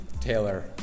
Taylor